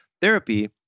Therapy